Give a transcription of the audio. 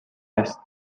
است